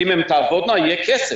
כי אם הן תעבודנה יהיה כסף.